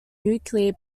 nuclear